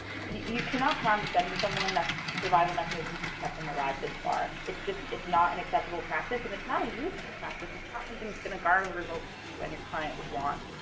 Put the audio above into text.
you cannot condescend to someone thats survival mechanisms have kept them alive this far. it's just it's not an acceptable practice and it's not a useful practice. it's not something that's gonna garner results you and your client would want.